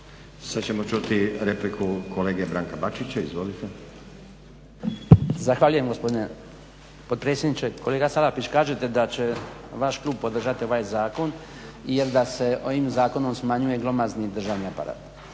Sada ćemo čuti repliku kolege Branka Bačića. Izvolite. **Bačić, Branko (HDZ)** Zahvaljujem gospodine potpredsjedniče. Kolega Salapić kažete da će vaš klub podržati ovaj zakon jel da se ovim zakonom smanjuje glomazni državni aparat.